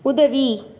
உதவி